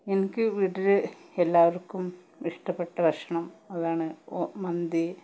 എനിക്ക് വീട്ടില് എല്ലാവർക്കും ഇഷ്ടപ്പെട്ട ഭഷണം അതാണ് ഒ മന്തി